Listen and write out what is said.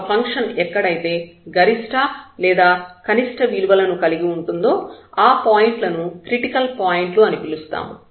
ఒక ఫంక్షన్ ఎక్కడైతే గరిష్ట లేదా కనిష్ఠ విలువలను కలిగి ఉంటుందో ఆ పాయింట్లను క్రిటికల్ పాయింట్లు అని పిలుస్తాము